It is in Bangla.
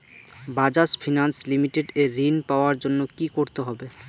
বাজাজ ফিনান্স লিমিটেড এ ঋন পাওয়ার জন্য কি করতে হবে?